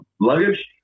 luggage